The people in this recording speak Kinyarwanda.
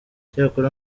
icyakora